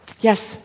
Yes